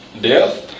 Death